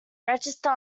register